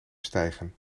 stijgen